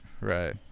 right